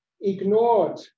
ignored